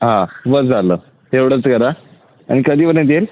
हां बस झालं एवढंच करा आणि कधीपर्यंत येईल